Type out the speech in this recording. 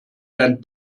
dein